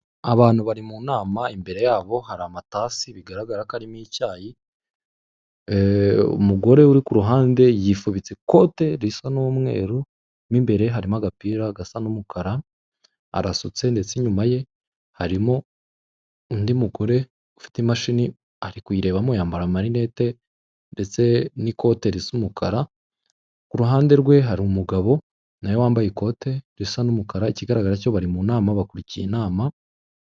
Abantu bari mu nama imbere, yabo hari amatasi bigaragara ko arimo icyayi, umugore uri ku ruhande yifubitse ikote risa n'umweru mo imbere harimo agapira gasa n'umukara, arasutse ndetse inyuma ye harimo undi mugore, ufite imashini ari kuyirebamo yambara amarinete ndetse n'ikote risa umukara, ku ruhande rwe hari umugabo nawe wambaye ikote risa n'umukara, ikigaragara cyo bari mu nama bakurikiye inama.